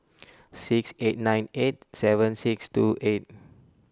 six eight nine eight seven six two eight